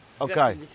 Okay